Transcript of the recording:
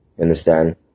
Understand